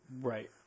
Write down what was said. Right